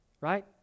right